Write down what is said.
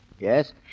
Yes